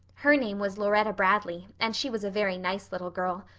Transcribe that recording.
her name was laurette bradley, and she was a very nice little girl.